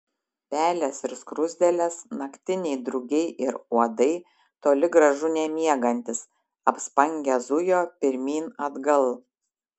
pelės ir skruzdėlės naktiniai drugiai ir uodai toli gražu nemiegantys apspangę zujo pirmyn atgal